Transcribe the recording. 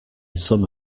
some